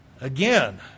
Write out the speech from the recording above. Again